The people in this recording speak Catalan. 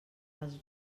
els